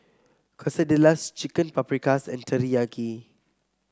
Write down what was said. Quesadillas Chicken Paprikas and Teriyaki